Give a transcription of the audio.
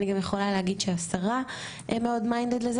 אני גם יכולה להגיד שהשרה מאוד minded לזה